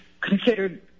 considered –